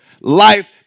Life